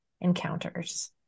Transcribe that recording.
encounters